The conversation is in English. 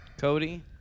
Cody